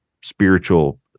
spiritual